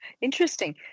interesting